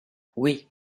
oui